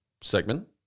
segment